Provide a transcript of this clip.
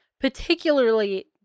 Particularly